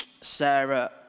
Sarah